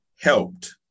helped